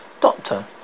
Doctor